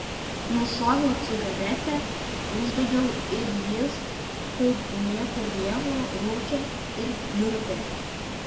nušoviau cigaretę uždegiau ir jis kaip niekur nieko rūkė ir pliurpė